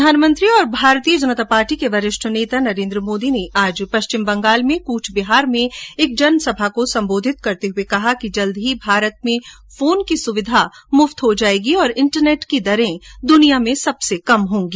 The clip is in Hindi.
प्रधानमंत्री और भारतीय जनता पार्टी के वरिष्ठ नेता नरेन्द्र मोदी ने आज पश्चिम बंगाल में कूचबिहार में एक जनसभा को संबोधित करते हुए कहा कि जल्द ही भारत में फोन की सुविधा निशुल्क हो जायेगी और इंटरनेट की दरें दुनिया में सबसे कम होंगी